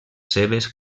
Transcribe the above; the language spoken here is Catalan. seves